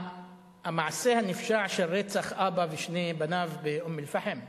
המעשה הנפשע של רצח אבא ושני בניו באום-אל-פחם לאחרונה,